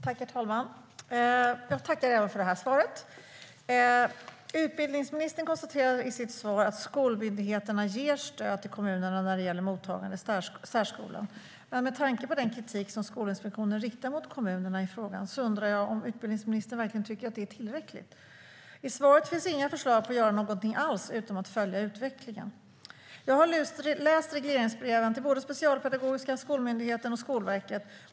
Herr talman! Jag tackar även för det här svaret. Utbildningsministern konstaterar i sitt svar att skolmyndigheterna ger stöd till kommunerna när det gäller mottagande i särskolan. Med tanke på den kritik som Skolinspektionen riktar mot kommunerna i frågan undrar jag om utbildningsministern verkligen tycker att det är tillräckligt. I svaret finns inga förslag på att göra något alls utom att följa utvecklingen. Jag har lusläst regleringsbreven till både Specialpedagogiska skolmyndigheten och Skolverket.